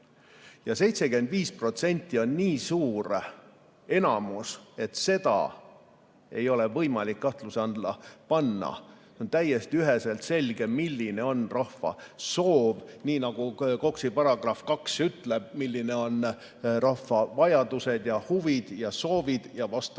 75% on nii suur enamus, et seda ei ole võimalik kahtluse alla panna. On täiesti üheselt selge, milline on rahva soov, nii nagu ka KOKS‑i § 2 ütleb, et millised on rahva vajadused, huvid ja soovid. Vastavalt